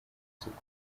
isuku